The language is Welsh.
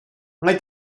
mae